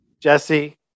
Jesse